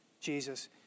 Jesus